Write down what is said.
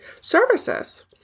services